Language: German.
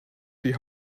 die